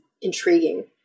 intriguing